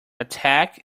attack